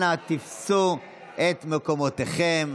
אנא תפסו את מקומותיכם.